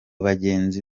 bagenzi